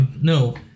No